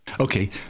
Okay